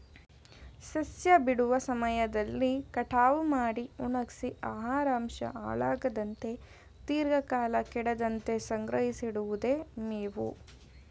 ಸಸ್ಯ ಬಿಡುವ ಸಮಯದಲ್ಲಿ ಕಟಾವು ಮಾಡಿ ಒಣಗ್ಸಿ ಆಹಾರಾಂಶ ಹಾಳಾಗದಂತೆ ದೀರ್ಘಕಾಲ ಕೆಡದಂತೆ ಸಂಗ್ರಹಿಸಿಡಿವುದೆ ಮೇವು